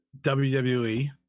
wwe